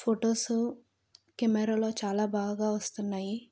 photos కెమెరాలో చాలా బాగా వస్తున్నాయి